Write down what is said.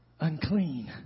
unclean